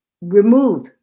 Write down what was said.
remove